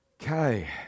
Okay